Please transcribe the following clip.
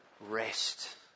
rest